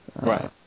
Right